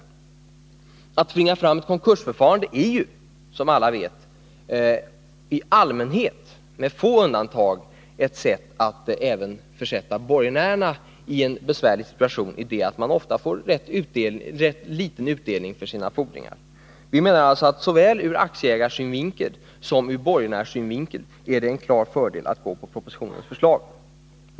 Att tvinga fram ett konkursförfarande är, som alla vet, med få undantag ett sätt att även försätta borgenärerna i en besvärlig situation i det att de ofta får rätt liten utdelning för sina fordringar. Vi menar alltså att det såväl ur aktieägarsynvinkel som ur borgenärssynvinkel är en klar fördel att följa propositionens förslag.